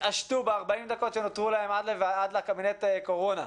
יתעשתו ב-40 דקות שנותרו להם עד לקבינט הקורונה,